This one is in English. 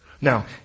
Now